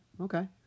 okay